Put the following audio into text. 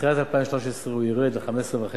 בתחילת 2013 הוא ירד ל-15.5%,